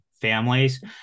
families